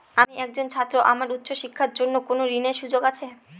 আমি একজন ছাত্র আমার উচ্চ শিক্ষার জন্য কোন ঋণের সুযোগ আছে?